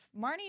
Marnie